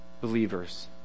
believers